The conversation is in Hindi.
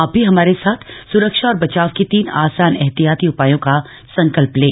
आप भी हमारे साथ स्रक्षा और बचाव के तीन आसान एहतियाती उपायों का संकल्प लें